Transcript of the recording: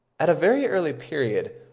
at a very early period,